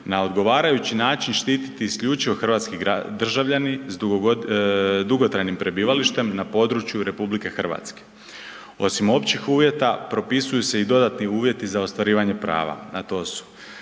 na odgovarajući način štititi isključivo hrvatski državljani s dugotrajnim prebivalištem na području RH. Osim općih uvjeta propisuju se i dodatni uvjeti za ostvarivanje prava, a to su,